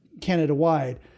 Canada-wide